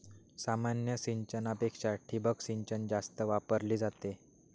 सामान्य सिंचनापेक्षा ठिबक सिंचन जास्त वापरली जाते